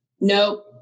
Nope